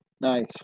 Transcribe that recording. Nice